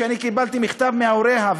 שאני קיבלתי מכתב מהוריה,